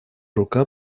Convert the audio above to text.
рука